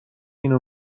اینو